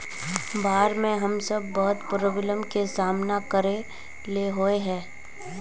बाढ में हम सब बहुत प्रॉब्लम के सामना करे ले होय है?